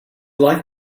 like